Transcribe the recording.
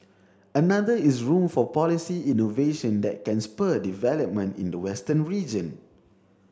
another is room for policy innovation that can spur development in the western region